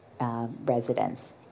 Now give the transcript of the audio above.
residents